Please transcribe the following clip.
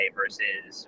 versus